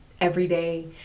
everyday